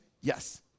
Yes